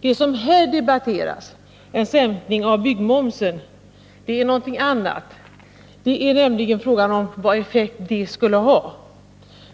Det som här debatterats — ett slopande av byggmomsen — är något annat. Det är nämligen fråga om vilken effekt detta skulle ha.